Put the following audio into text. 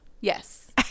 Yes